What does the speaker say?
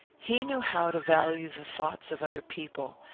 he knew how to value the thoughts of other people,